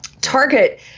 Target